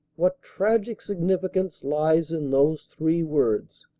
what tragic significance lies in those three words!